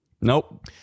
Nope